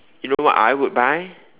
you know what I would buy